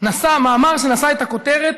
מאמר שנשא את הכותרת